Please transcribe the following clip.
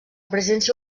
presència